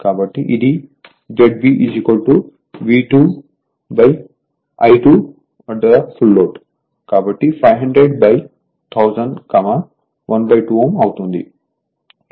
కాబట్టి ఇదిZB V2I2fl కాబట్టి 5001000 12Ω అవుతుంది